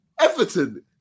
Everton